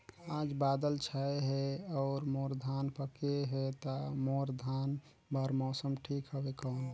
आज बादल छाय हे अउर मोर धान पके हे ता मोर धान बार मौसम ठीक हवय कौन?